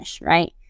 right